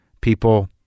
people